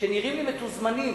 שנראים לי מתוזמנים.